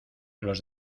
los